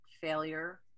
failure